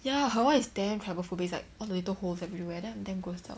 ya her one is damn trypophobic it's like all the little holes everywhere then I'm damn grossed out